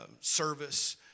service